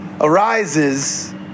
arises